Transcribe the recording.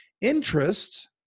Interest